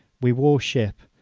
we wore ship,